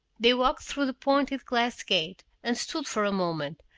they walked through the pointed glass gate, and stood for a moment,